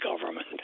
government